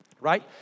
Right